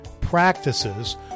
practices